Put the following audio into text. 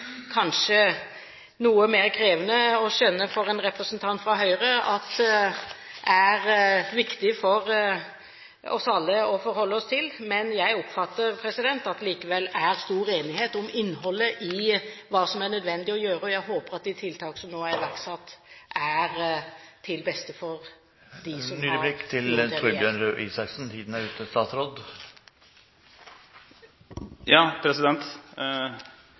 kanskje noe mer krevende å skjønne for en representant fra Høyre at det er viktig for alle å forholde seg til. Men jeg oppfatter at det likevel er stor enighet om innholdet i hva som er nødvendig å gjøre, og jeg håper at de tiltak som nå er iverksatt, er til beste for dem som har en god del gjeld. Tiden er ute, statsråd!